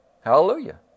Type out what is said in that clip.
Hallelujah